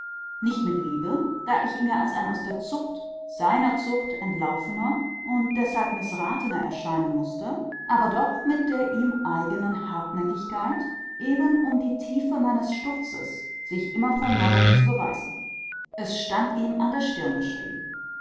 nicht mit liebe da ich ihm ja als ein aus der zucht seiner zucht entlaufener und deshalb mißratener erscheinen mußte aber doch mit der ihm eigenen hartnäckigkeit eben um die tiefe meines sturzes sich immer von neuem zu beweisen es stand ihm an der stirn geschrieben